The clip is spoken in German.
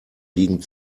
liegen